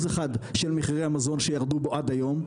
אחד של מחירי המזון שירדו בו עד היום,